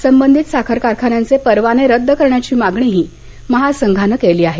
संबंधित कारखान्यांचे परवाने रद्द करण्याची मागणी महासंघानं केली आहे